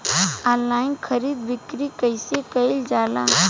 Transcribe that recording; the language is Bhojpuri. आनलाइन खरीद बिक्री कइसे कइल जाला?